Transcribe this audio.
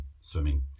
swimming